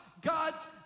God's